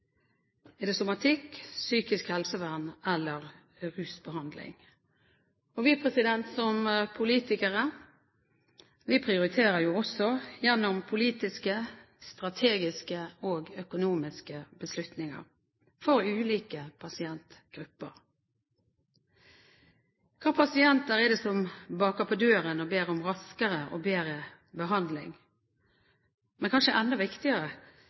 er det muskel og skjelett? Er det somatikk, psykisk helsevern eller rusbehandling? Vi som er politikere, prioriterer også, gjennom politiske, strategiske og økonomiske beslutninger, for ulike pasientgrupper. Hvilke pasienter er det som banker på døren og ber om raskere og bedre behandling? Men kanskje enda viktigere: